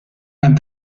dan